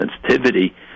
sensitivity